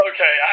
Okay